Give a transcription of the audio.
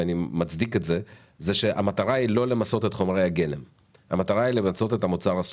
היא כדי לא למסות את חומרי הגלם אלא את המוצר הסופי.